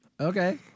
Okay